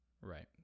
right